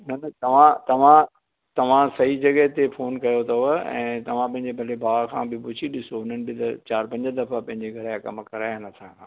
न न तव्हां तव्हां तव्हां सही जॻहि ते फ़ोन कयो अथव ऐं तव्हां पंहिंजे पहले भाउ खां बि पुछी ॾिसो हुननि बि त चारि पंज दफ़ा पंहिंजे घर जा कमु कराए हिन सां